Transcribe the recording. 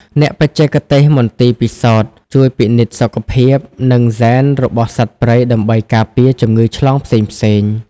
អ្នកបច្ចេកទេសមន្ទីរពិសោធន៍ ជួយពិនិត្យសុខភាព និងហ្សែនរបស់សត្វព្រៃដើម្បីការពារជំងឺឆ្លងផ្សេងៗ។